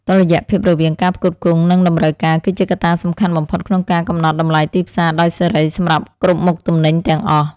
តុល្យភាពរវាងការផ្គត់ផ្គង់និងតម្រូវការ គឺជាកត្តាសំខាន់បំផុតក្នុងការកំណត់តម្លៃទីផ្សារដោយសេរីសម្រាប់គ្រប់មុខទំនិញទាំងអស់។